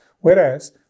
Whereas